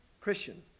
Christian